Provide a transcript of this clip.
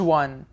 one